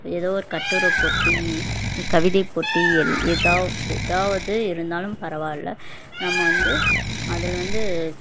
ஏதோ ஒரு கட்டுரைப் போட்டி கவிதைப் போட்டி எல் எதா ஏதாவது இருந்தாலும் பரவாயில்லை நம்ம வந்து அதில் வந்து